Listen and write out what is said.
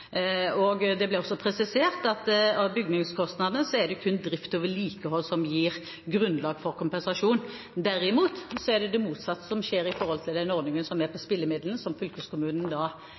Det ble også presisert at av bygningskostnadene er det kun drift og vedlikehold som gir grunnlag for kompensasjon. Derimot er det det motsatte som skjer når det gjelder den ordningen som er for spillemidlene, som